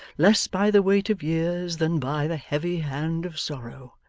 less by the weight of years than by the heavy hand of sorrow.